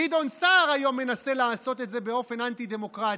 גדעון סער היום מנסה לעשות את זה באופן אנטי-דמוקרטי,